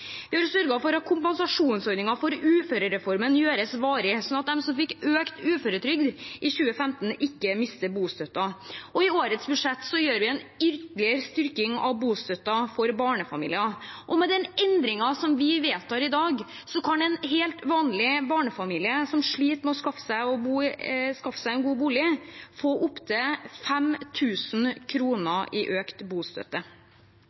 Vi har sørget for at kompensasjonsordningen for uførereformen gjøres varig sånn at de som fikk økt uføretrygd i 2015, ikke mister bostøtten. Og i årets budsjett gjør vi en ytterligere styrking av bostøtten for barnefamilier. Med den endringen som vi vedtar i dag, kan en helt vanlig barnefamilie som sliter med å skaffe seg en god bolig, få opp til 5 000 kr i økt bostøtte.